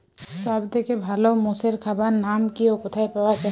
সব থেকে ভালো মোষের খাবার নাম কি ও কোথায় পাওয়া যায়?